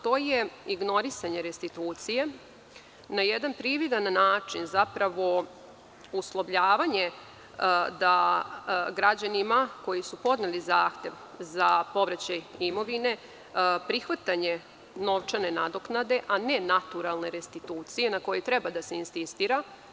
To je ignorisanje restitucije na jedan prividan način, zapravo uslovljavanje da građanima koji su podneli zahtev za povraćaj imovine, prihvatanje novčane nadoknade a ne naturalne restitucije na kojoj treba da se insistira.